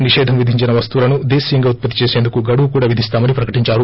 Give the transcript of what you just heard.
నిషేధం విధించిన వస్తువులను దేశీయంగా ఉత్పత్తి చేసేందుకు గడువు కూడా విధిస్తామని ప్రకటించారు